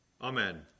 Amen